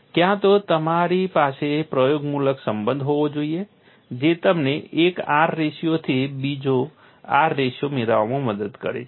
ક્યાં તો તમારી પાસે પ્રયોગમૂલક સંબંધ હોવો જોઈએ જે તમને એક R રેશિયોથી બીજો R રેશિયો મેળવવામાં મદદ કરે છે